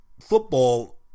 football